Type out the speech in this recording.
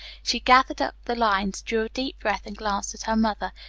she gathered up the lines, drew a deep breath, and glanced at her mother,